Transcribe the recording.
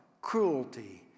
cruelty